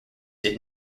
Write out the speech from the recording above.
did